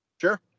Sure